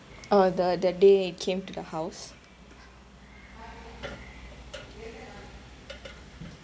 uh the the day came to the house